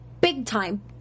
big-time